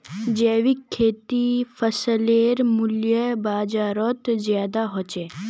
जैविक खेतीर फसलेर मूल्य बजारोत ज्यादा होचे